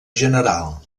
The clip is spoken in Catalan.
general